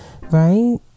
right